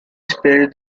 spelled